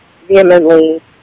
vehemently